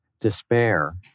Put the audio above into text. despair